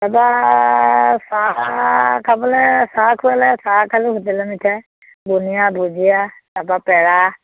এবাৰ চাহ খাবলে চাহ খোৱালে চাহ খালো হোটেলৰ মিঠাই বুন্দিয়া ভুজিয়া তাৰপা পেৰা